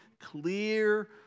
clear